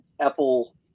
Apple